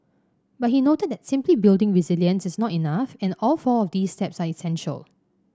but he noted that simply building resilience is not enough and all four of these steps are essential